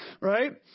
right